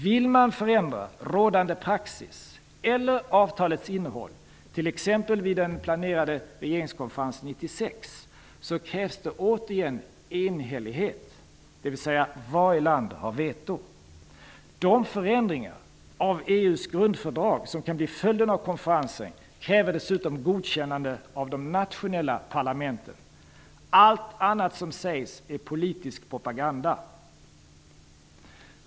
Vill man förändra rådande praxis eller avtalets innehåll, t.ex. vid den planerade regeringskonferensen 1996, krävs det återigen enhällighet, dvs. varje land har veto. De förändringar av EU:s grundfördrag som kan bli följden av konferensen kräver dessutom godkännande av de nationella parlamenten. Allt annat som sägs är politisk propaganda.